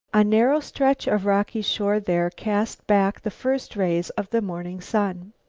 a narrow stretch of rocky shore there cast back the first rays of the morning sun.